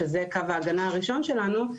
שזה קו ההגנה הראשון שלנו,